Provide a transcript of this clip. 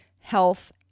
health